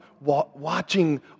watching